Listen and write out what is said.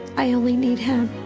i only need him.